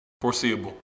Foreseeable